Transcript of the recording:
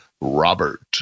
Robert